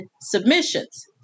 submissions